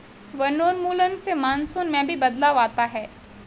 वनोन्मूलन से मानसून में भी बदलाव आता है